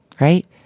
right